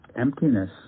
emptiness